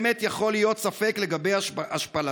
אבל האם באמת יכול להיות ספק לגבי השפלתה?